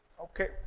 Okay